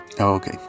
okay